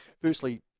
firstly